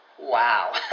Wow